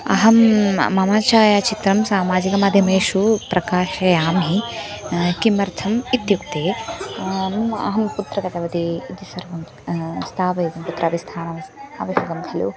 अहं मम छायाचित्रं सामिजिकमादध्यमेषु प्रकाशयामि किमर्थम् इत्युक्ते अहं कुत्र गतवती इति सर्वं स्थापयितुं कुत्रापि स्थानमस्ति अवश्यकं खलु